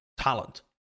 talent